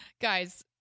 Guys